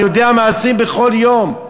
אני יודע על מעשים בכל יום.